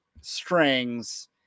strings